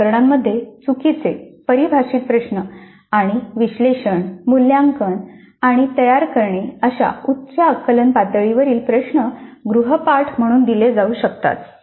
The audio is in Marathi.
काही प्रकरणांमध्ये चुकीचे परिभाषित प्रश्न आणि विश्लेषण मूल्यांकन आणि तयार करणे अशा उच्च आकलन पातळीवरील प्रश्न गृहपाठ म्हणून दिले जाऊ शकतात